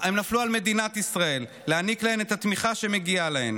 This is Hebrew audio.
על מדינת ישראל להעניק להן את התמיכה שמגיעה להן.